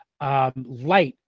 Light